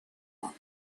want